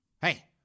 hey